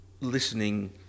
listening